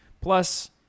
Plus